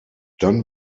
dann